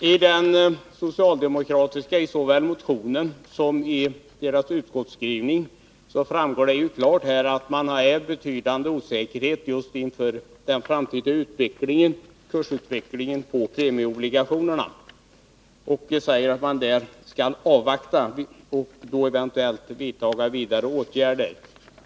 Herr talman! Av såväl den socialdemokratiska motionen som utskottsskrivningen framgår det klart att man känner en betydande oro inför den framtida kursutvecklingen på premieobligationerna. Man säger att man skall avvakta och sedan eventuellt vidta ytterligare åtgärder.